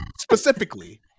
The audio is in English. specifically